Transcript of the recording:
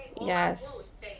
Yes